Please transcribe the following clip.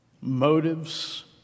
motives